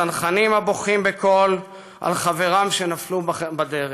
הצנחנים הבוכים בקול על חבריהם שנפלו בדרך.